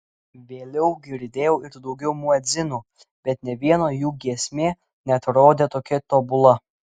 vėliau girdėjau ir daugiau muedzinų bet nė vieno jų giesmė neatrodė tokia tobula